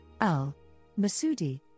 Al-Masudi